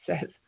says